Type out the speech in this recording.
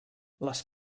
les